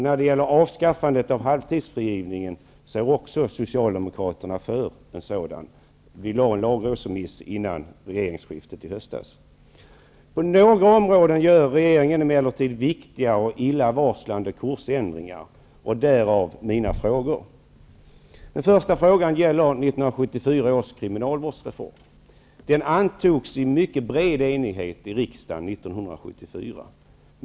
När det gäller avskaffandet av halvtidsfrigivningen är också Socialdemokraterna för en sådan, och en lagrådsremiss lämnades innan regeringsskiftet i höstas. På några områden gör emellertid regeringen viktiga och illavarslande kursändringar, och därav mina frågor. Den första frågan gäller 1974 års kriminalvårdsreform. Den antogs i mycket bred enighet i riksdagen år 1974.